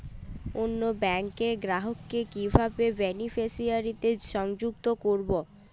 অন্য ব্যাংক র গ্রাহক কে কিভাবে বেনিফিসিয়ারি তে সংযুক্ত করবো?